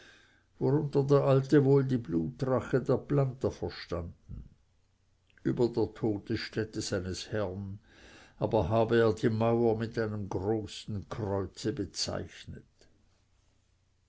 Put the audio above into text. der alte wohl die blutrache der planta verstanden über der todesstätte seines herrn aber habe er die mauer mit einem großen kreuze bezeichnet